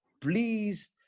please